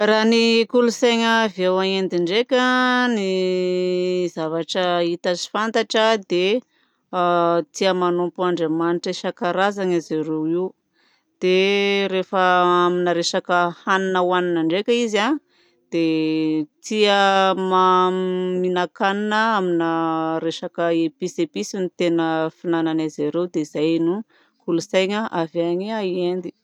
Raha ny kolontsaina avy ao Inde ndraika ny zavatra hita sy fantatra dia tia manompo Andriamanitra isan-karazany zareo io. Dia rehefa amina resaka hanina ohanina ndraika izy dia tia ma- mihinan-kanina amina resaka épices épices no tena fihinanan'i zareo. Dia izay no kolontsaina avy any Inde.